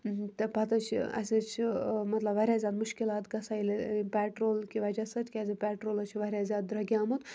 تہٕ پَتہٕ حظ چھِ اَسہِ حظ چھِ مطلب واریاہ زیادٕ مُشکلات گژھان ییٚلہِ پٮ۪ٹرول کہِ وجہ سۭتۍ کیٛازِکہِ پٮ۪ٹرول حظ چھِ واریاہ زیادٕ درٛوٚگیٛومُت